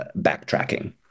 backtracking